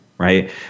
right